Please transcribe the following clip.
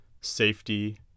safety